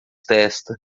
testa